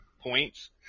points